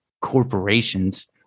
corporations